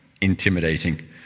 Intimidating